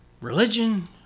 Religion